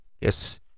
yes